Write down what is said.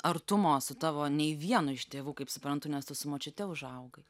artumo su tavo nei vienu iš tėvų kaip suprantu nes tu su močiute užaugai